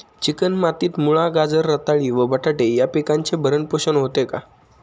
Chicken मातीत मुळा, गाजर, रताळी व बटाटे या पिकांचे भरण पोषण होते का?